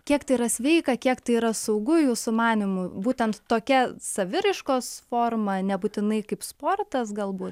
kiek tai yra sveika kiek tai yra saugu jūsų manymu būtent tokia saviraiškos forma nebūtinai kaip sportas galbūt